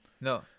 No